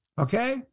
Okay